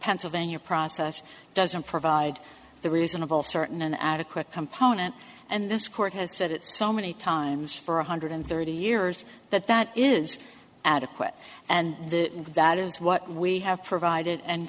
pennsylvania process doesn't provide the reasonable certain an adequate component and this court has said it so many times for one hundred thirty years that that is adequate and the that is what we have provided and